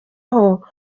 aho